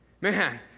man